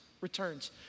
returns